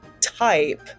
type